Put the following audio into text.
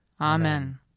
Amen